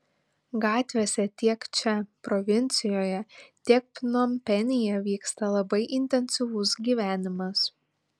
gatvėse tiek čia provincijoje tiek pnompenyje vyksta labai intensyvus gyvenimas